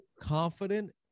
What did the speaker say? confident